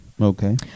Okay